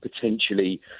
potentially